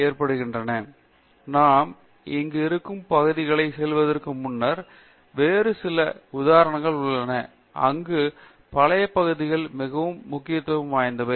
தேஷ்பாண்டே நாம் அங்கு இருக்கும் புதிய பகுதிகளுக்கு செல்வதற்கு முன்னர் வேறு சில உதாரணங்கள் உள்ளன அங்கு பழைய பகுதிகளில் மிகவும் முக்கியத்துவம் வாய்ந்தவை